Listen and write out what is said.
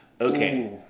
Okay